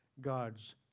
God's